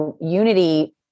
Unity